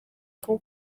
kuba